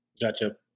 Gotcha